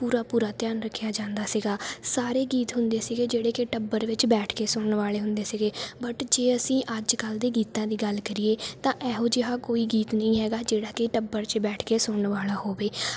ਪੂਰਾ ਪੂਰਾ ਧਿਆਨ ਰੱਖਿਆ ਜਾਂਦਾ ਸੀਗਾ ਸਾਰੇ ਗੀਤ ਹੁੰਦੇ ਸੀਗੇ ਜਿਹੜੇ ਕਿ ਟੱਬਰ ਵਿੱਚ ਬੈਠ ਕੇ ਸੁਣਨ ਵਾਲੇ ਹੁੰਦੇ ਸੀਗੇ ਬਟ ਜੇ ਅਸੀਂ ਅੱਜ ਕੱਲ੍ਹ ਦੇ ਗੀਤਾਂ ਦੀ ਗੱਲ ਕਰੀਏ ਤਾਂ ਇਹੋ ਜਿਹਾ ਕੋਈ ਗੀਤ ਨਹੀਂ ਹੈਗਾ ਜਿਹੜਾ ਕਿ ਟੱਬਰ 'ਚ ਬੈਠ ਕੇ ਸੁਣਨ ਵਾਲਾ ਹੋਵੇ